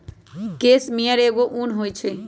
case मेयर एगो उन होई छई